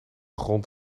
grond